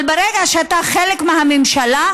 אבל ברגע שאתה חלק מהממשלה,